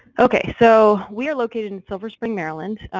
okay, so we are located in silver spring, maryland.